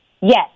Yes